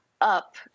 up